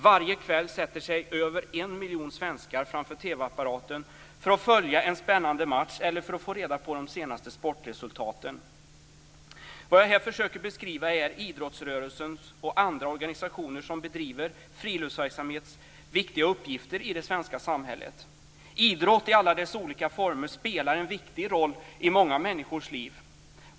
Varje kväll sätter sig över en miljon svenskar framför TV apparaten för att följa en spännande match eller få reda på de senaste sportresultaten. Vad jag här försöker beskriva är idrottsrörelsens och andra organisationer som bedriver friluftsverksamhets viktiga uppgifter i det svenska samhället. Idrott i alla dess olika former spelar en viktig roll i många människors liv.